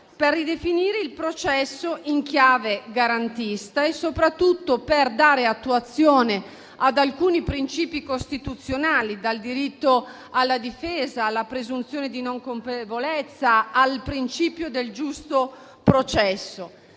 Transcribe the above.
per ridefinire il processo in chiave garantista e soprattutto per dare attuazione ad alcuni principi costituzionali, come il diritto alla difesa, la presunzione di non colpevolezza, il principio del giusto processo.